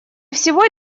всего